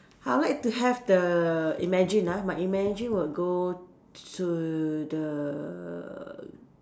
I would like to have the imagine ah my imagine will go to the